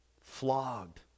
Flogged